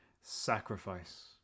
sacrifice